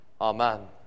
Amen